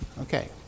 Okay